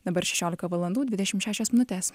dabar šešiolika valandų dvidešimt šešios minutes